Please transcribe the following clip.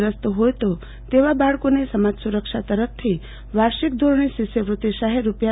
ગ્રસ્ત ફોય તો તેવા બાળકોને સમાજ સુરક્ષા તરફથી વાર્ષિક ધોરણે શિષ્યવૃત્તિ સફાય રૂા